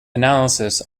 analysis